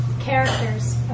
characters